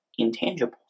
intangibles